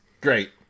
Great